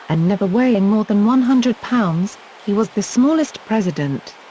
and never weighing more than one hundred pounds, he was the smallest president.